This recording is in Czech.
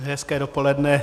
Hezké dopoledne.